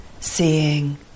seeing